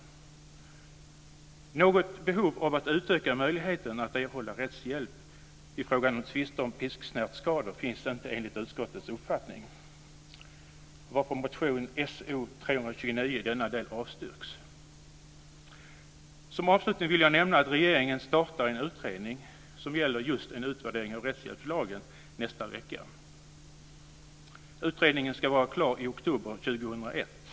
Något behov av att utöka möjligheten att erhålla rättshjälp i fråga om tvister om pisksnärtsskador finns inte enligt utskottets uppfattning, varför motion So329 i denna del avstyrks. Som avslutning vill jag nämna att regeringen nästa vecka startar en utredning som just ska utvärdera rättshjälpslagen. Utredningen ska vara klar i oktober 2001.